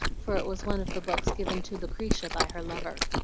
for it was one of the books given to lucretia by her lover.